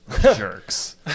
jerks